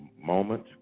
moment